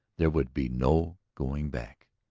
there would be no going back.